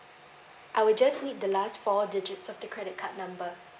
I will just need the last four digits of the credit card number